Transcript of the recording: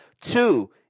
Two